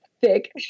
thick